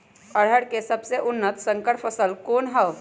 अरहर के सबसे उन्नत संकर फसल कौन हव?